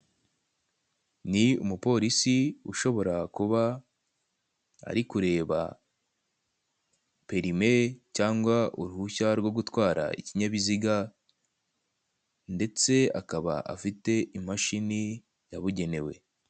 Ni umupolisi ushobora kuba ari kureba perime cyangwa uruhushya rwo gutwara ikinyabiziga ndetse akaba afite imashini yabugenwe.